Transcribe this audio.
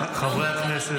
חברי הכנסת,